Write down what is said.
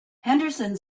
henderson